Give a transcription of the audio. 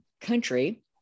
country